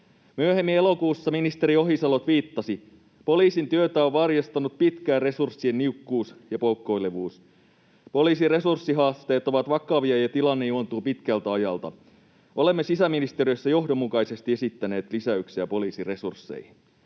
Myöhemmin elokuussa ministeri Ohisalo tviittasi: ”Poliisin työtä on varjostanut pitkään resurssien niukkuus ja poukkoilevuus. Poliisien resurssihaasteet ovat vakavia, ja tilanne juontuu pitkältä ajalta. Olemme sisäministeriössä johdonmukaisesti esittäneet lisäyksiä poliisiresursseihin.”